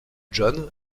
john